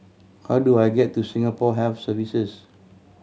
how do I get to Singapore Health Services